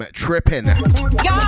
tripping